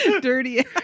dirty